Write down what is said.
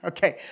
Okay